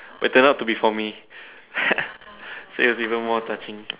it turned out to be for me so it was even more touching